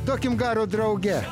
duokim garo drauge